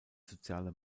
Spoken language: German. soziale